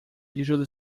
usually